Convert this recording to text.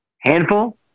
Handful